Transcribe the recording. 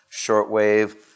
shortwave